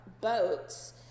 boats